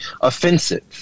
offensive